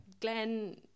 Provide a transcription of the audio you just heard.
Glenn